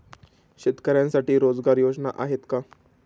शेतकऱ्यांसाठी रोजगार योजना आहेत का?